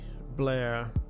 Blair